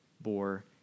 bore